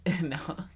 No